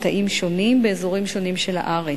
מטעים שונים באזורים שונים של הארץ.